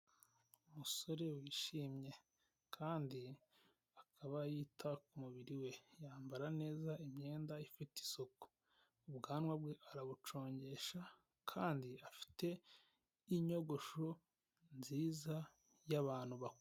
Umusore wishimye, kandi akaba yita ku mubiri we, yambara neza imyenda ifite isuku, ubwanwa bwe arabucongesha kandi afite inyogosho nziza y'abantu bakuru.